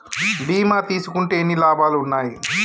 బీమా తీసుకుంటే ఎన్ని లాభాలు ఉన్నాయి?